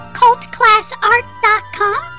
cultclassart.com